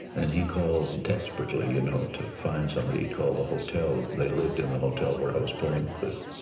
and he called desperately you know to find somebody. he called the hotel. they lived in the hotel where i was playing with this